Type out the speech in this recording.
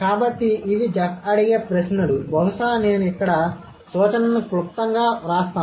కాబట్టి ఇవి జెఫ్ అడిగే ప్రశ్నలు బహుశా నేను ఇక్కడ సూచనను క్లుప్తంగా వ్రాస్తాను